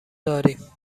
داریم